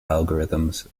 algorithms